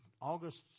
August